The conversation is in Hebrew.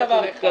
זה דבר אחד,